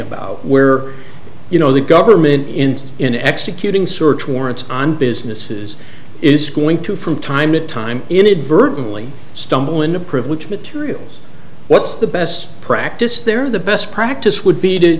about where you know the government in in executing search warrants on businesses is going to from time to time inadvertently stumble into privilege materials what's the best practice there the best practice would be to